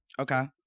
Okay